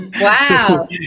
Wow